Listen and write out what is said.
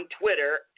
Twitter